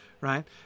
right